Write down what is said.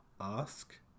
ask